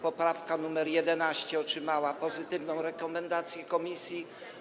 Poprawka nr 11 otrzymała pozytywną rekomendację komisji.